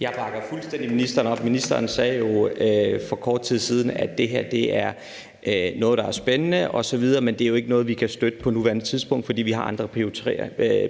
Jeg bakker fuldstændig ministeren op. Ministeren sagde jo for kort tid siden, at det her er noget, der er spændende osv., men at det ikke er noget, vi kan støtte på nuværende tidspunkt, fordi vi har andre